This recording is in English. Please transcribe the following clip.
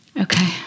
Okay